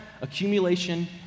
accumulation